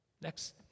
Next